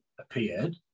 appeared